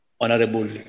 Honorable